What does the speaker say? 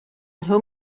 nhw